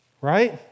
Right